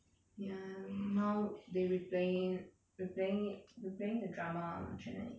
ya now they replaying replaying replaying the drama on channel eight